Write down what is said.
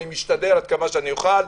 אני אשתדל עד כמה שאני אוכל,